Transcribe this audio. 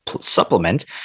supplement